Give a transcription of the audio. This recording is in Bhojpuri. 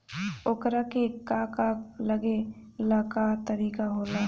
ओकरा के का का लागे ला का तरीका होला?